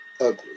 ugly